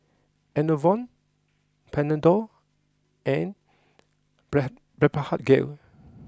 Enervon Panadol and brad Blephagel